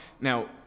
Now